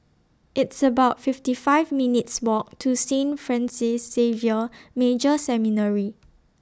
It's about fifty five minutes' Walk to Saint Francis Xavier Major Seminary